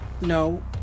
No